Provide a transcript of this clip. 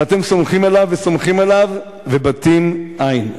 ואתם סומכים עליו וסומכים עליו, ובתים אין.